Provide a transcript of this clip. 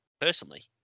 personally